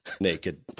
naked